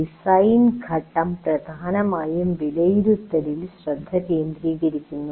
design ഘട്ടം പ്രധാനമായും വിലയിരുത്തലിൽ ശ്രദ്ധ കേന്ദ്രീകരിക്കുന്നു